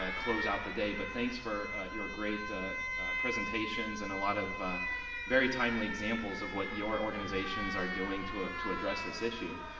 ah close out the day, but thanks for your great presentations and a lot of very timely examples of what your organizations are doing to ah to address this issue.